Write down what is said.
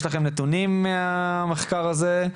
יש לכם נתונים מהמחקר הזה?